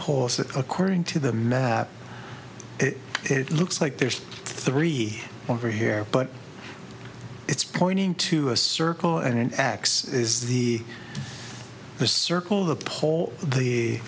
pause that according to the map it looks like there's three over here but it's pointing to a circle and an x is the the circle the pole the